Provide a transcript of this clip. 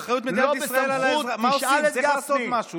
תשאל את גפני,